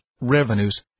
revenues